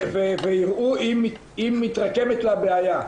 ויראו אם מתרקמת לה בעיה.